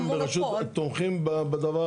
אז אתם ברשות תומכים בדבר הזה?